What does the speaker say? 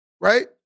Right